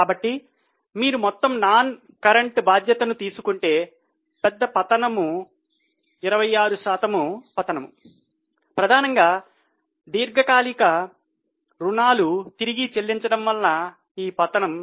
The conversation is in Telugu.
కాబట్టి మీరు మొత్తం నాన్ కారెంట్ బాధ్యతను తీసుకుంటే పెద్ద పతనం 26 శాతం పతనం ప్రధానంగా దీర్ఘకాలిక రుణాలు తిరిగి చెల్లించడం వల్ల ఈ పతనం